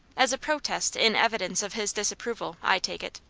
as a protest in evidence of his disapproval, i take it.